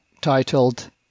titled